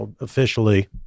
officially